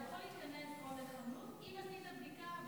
לחנות אתה יכול להיכנס אם עשית בדיקה,